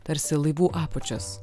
tarsi laivų apačios